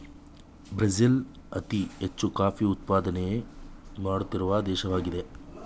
Brazil ಅತಿ ಹೆಚ್ಚು coffee ಉತ್ಪಾದನೆ ಮಾಡುತ್ತಿರುವ ದೇಶವಾಗಿದೆ